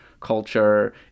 culture